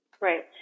Right